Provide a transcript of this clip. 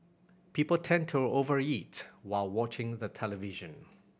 people tend to over eat while watching the television